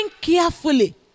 carefully